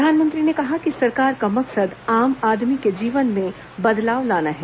प्रधानमंत्री ने कहा कि सरकार का मकसद आम आदमी के जीवन में बदलाव लाना है